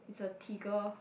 it's a tigger